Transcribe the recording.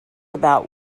about